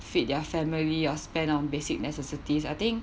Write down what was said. feed their family or spend on basic necessities I think